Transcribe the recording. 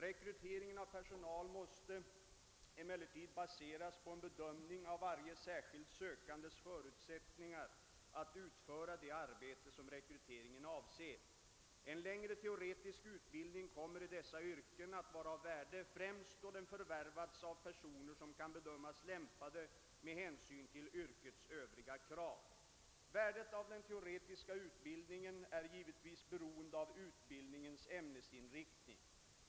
Rekryteringen av personal måste emellertid baseras på en bedömning av varje särskild sökandes förutsättningar att utföra det arbete som rekryteringen avser. En längre teoretisk utbildning kommer i dessa yrken att vara av värde främst då den förvärvats av personer som kan bedömas lämpade med hänsyn till yrkets övriga krav. Värdet av den teoretiska utbildningen är givetvis beroende av utbild ningens ämnesinriktning.